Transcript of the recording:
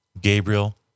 Gabriel